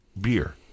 beer